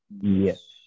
Yes